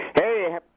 Hey